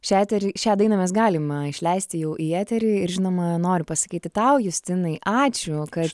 šią eterį šią dainą mes galima išleisti jau į eterį ir žinoma noriu pasakyti tau justinai ačiū kad